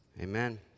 Amen